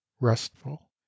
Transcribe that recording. restful